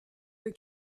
que